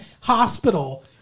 hospital